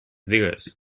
digues